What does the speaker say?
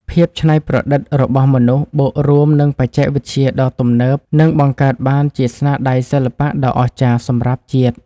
ភាពច្នៃប្រឌិតរបស់មនុស្សបូករួមនឹងបច្ចេកវិទ្យាដ៏ទំនើបនឹងបង្កើតបានជាស្នាដៃសិល្បៈដ៏អស្ចារ្យសម្រាប់ជាតិ។